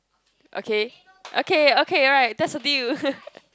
okay okay okay right that's a deal